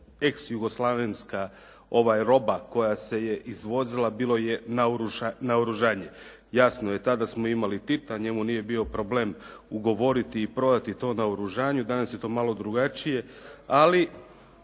ex jugoslavenska roba koja se je izvozila bilo je naoružanje. Jasno je, tada smo imali Tita, a njemu nije bio problem ugovoriti i prodati to naoružanje, danas je to malo drugačije, ali